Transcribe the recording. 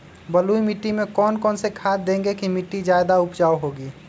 बलुई मिट्टी में कौन कौन से खाद देगें की मिट्टी ज्यादा उपजाऊ होगी?